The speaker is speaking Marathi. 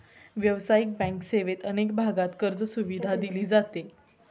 व्यावसायिक बँक सेवेत अनेक भागांत कर्जसुविधा दिली जाते